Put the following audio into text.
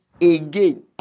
again